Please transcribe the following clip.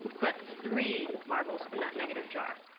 but three marbles in that negative jar.